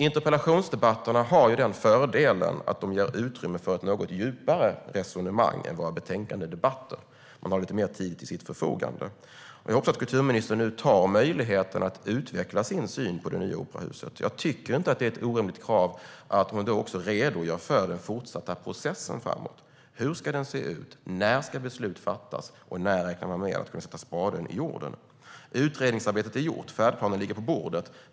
Interpellationsdebatterna har fördelen att de ger utrymme för ett något djupare resonemang än våra betänkandedebatter. Man har lite mer tid till sitt förfogande. Jag hoppas att kulturministern nu tar möjligheten att utveckla sin syn på det nya operahuset. Jag tycker inte att det är ett orimligt krav att hon också redogör för den fortsatta processen framåt. Hur ska den se ut? När ska beslut fattas? Och när räknar man med att kunna sätta spaden i jorden? Utredningsarbetet är gjort. Färdplanen ligger på bordet.